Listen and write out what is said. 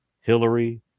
Hillary